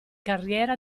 carriera